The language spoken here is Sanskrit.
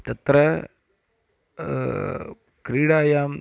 तत्र क्रीडायां